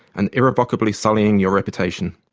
and irrevocably sullying your reputation.